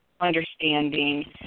understanding